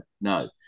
no